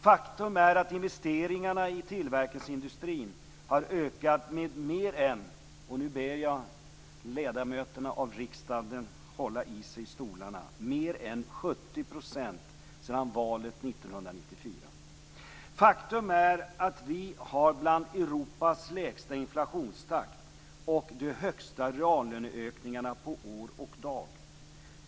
· Faktum är att investeringarna i tillverkningsindustrin har ökat med mer än - nu ber jag riksdagens ledamöter att hålla fast sig i stolarna - 70 %· Faktum är att vi har en av de lägsta inflationstakterna i Europa, och de högsta reallöneökningarna på år och dag.